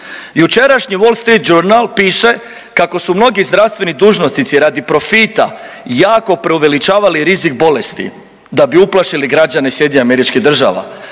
Jučerašnji Wall Street Journal piše kako su mnogi zdravstveni dužnosnici radi profita jako preuveličavali rizik bolesti da bi uplašili građane SAD-a. U parlamentu